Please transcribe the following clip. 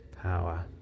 power